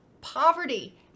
poverty